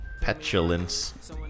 petulance